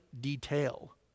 detail